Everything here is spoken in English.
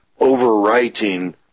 overwriting